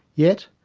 yet,